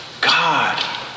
God